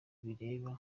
bireba